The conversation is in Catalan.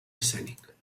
escènic